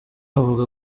avuga